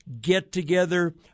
get-together